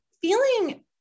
feeling